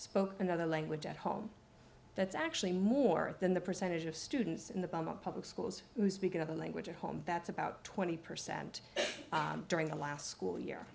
spoke another language at home that's actually more than the percentage of students in the public schools who speak another language at home that's about twenty percent during the last school year